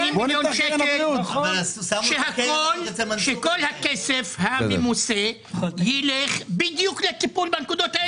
שכל הכסף הממוסה ילך בדיוק לטיפול בנקודות האלה.